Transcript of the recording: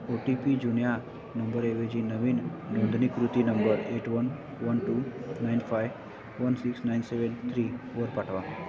ओ T P जुन्या नंबरऐवजी नवीन नोंदणीकृत number eight one one two nine five one six nine seven थ्रीवर पाठवा